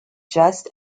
just